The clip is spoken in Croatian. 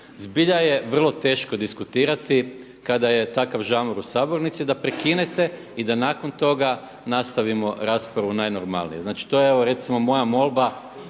zbilja je vrlo teško diskutirati kada je takav žamor u sabornici da prekinete i da nakon toga nastavimo raspravu najnormalnije. Znači to je evo recimo moja molba